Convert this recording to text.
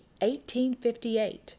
1858